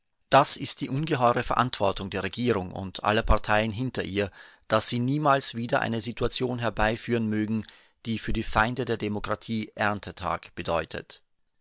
das ist die ungeheure verantwortung der regierung und aller parteien hinter ihr daß sie niemals wieder eine situation herbeiführen mögen die für die feinde der demokratie erntetag bedeutet